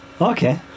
Okay